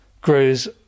grows